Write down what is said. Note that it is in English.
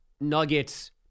Nuggets